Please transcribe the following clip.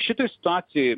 šitoj situacijoj